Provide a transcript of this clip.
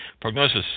Prognosis